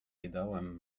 ideałem